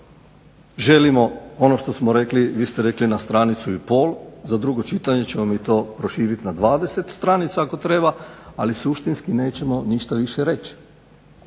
Želimo ono što smo rekli, vi ste rekli na stranicu i pol, za drugo čitanje mi ćemo to proširiti na 20 stranica ako treba, ali suštinski nećemo više ništa reći.